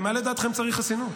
למה לדעתכם צריך חסינות?